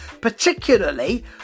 particularly